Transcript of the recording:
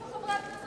השרים?